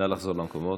נא לחזור למקומות.